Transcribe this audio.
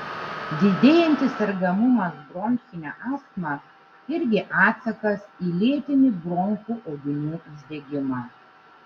didėjantis sergamumas bronchine astma irgi atsakas į lėtinį bronchų audinių uždegimą